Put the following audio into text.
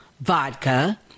vodka